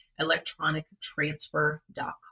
electronictransfer.com